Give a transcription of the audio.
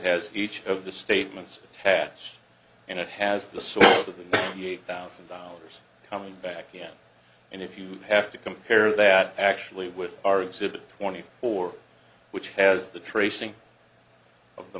has each of the statements patch and it has the sort of the eight thousand dollars coming back again and if you have to compare that actually with our exhibit twenty four which has the tracing of the